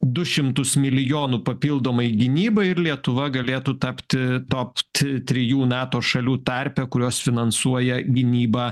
du šimtus milijonų papildomai gynybai ir lietuva galėtų tapti top trijų nato šalių tarpe kurios finansuoja gynybą